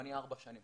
זמני ארבע שנים,